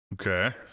Okay